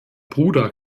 bruder